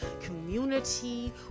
community